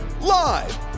Live